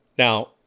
Now